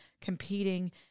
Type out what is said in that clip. competing